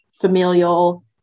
familial